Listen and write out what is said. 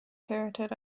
carotid